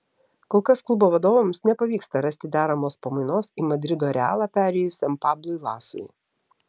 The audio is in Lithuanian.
kol kas klubo vadovams nepavyksta rasti deramos pamainos į madrido realą perėjusiam pablui lasui